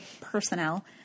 personnel